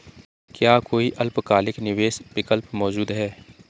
क्या कोई अल्पकालिक निवेश विकल्प मौजूद है?